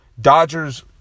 Dodgers